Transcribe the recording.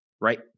right